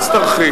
את תצטרכי.